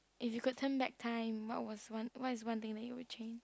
if could you turn back time what was what is one thing that you would change